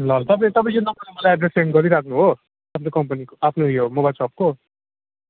ल ल तपाईँ तपाईँ यो नम्बरमा मलाई एड्रेस सेन्ड गरिराख्नु हो आफ्नो कम्पनीको आफ्नो यो मोबाइल सपको